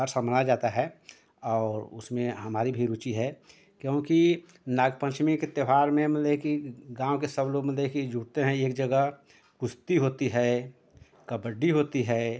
हर समाज आता है और उसमें हमारी भी रुचि है क्योंकि नागपंचमी के त्योहार में मेले कि गावँ के सब लोग मेले कि जुड़ते हैं एक जगा कुश्ती कोती है कबड्डी होती है